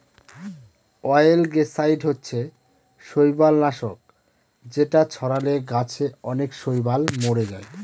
অয়েলগেসাইড হচ্ছে শৈবাল নাশক যেটা ছড়ালে গাছে অনেক শৈবাল মোরে যায়